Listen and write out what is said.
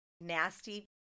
nasty